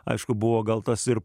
aišku buvo gal tas ir